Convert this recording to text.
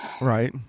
Right